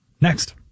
next